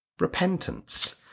repentance